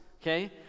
Okay